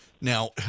Now